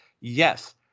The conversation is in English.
Yes